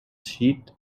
sheet